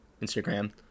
instagram